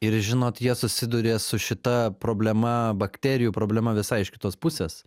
ir žinot jie susiduria su šita problema bakterijų problema visai iš kitos pusės